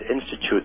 institute